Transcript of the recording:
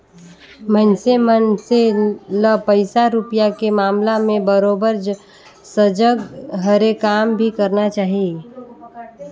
मइनसे मन से ल पइसा रूपिया के मामला में बरोबर सजग हरे काम भी करना चाही